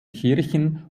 kirchen